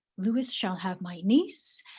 lewis shall have my niece,